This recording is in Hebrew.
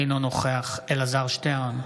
אינו נוכח אלעזר שטרן,